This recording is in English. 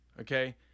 Okay